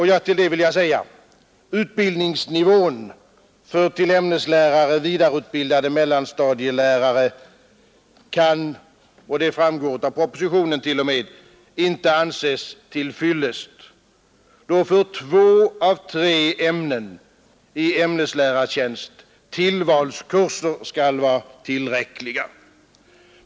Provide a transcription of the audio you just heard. Härtill vill jag endast lägga att utbildningsnivån för till ämneslärare vidareutbildade mellanstadielärare inte kan anses till fyllest — det framgår t.o.m. av propositionen — då för två av tre ämnen i ämneslärartjänst tillvalskurser skall vara tillräckliga.